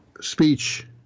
speech